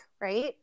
right